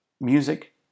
Music